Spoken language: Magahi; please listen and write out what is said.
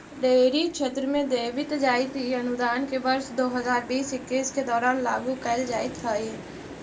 डेयरी क्षेत्र में देवित जाइत इ अनुदान के वर्ष दो हज़ार बीस इक्कीस के दौरान लागू कैल जाइत हइ